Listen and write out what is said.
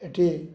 ଏଇଠି